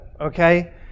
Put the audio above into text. okay